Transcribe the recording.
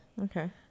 Okay